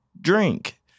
drink